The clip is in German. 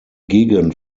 gegend